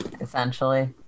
essentially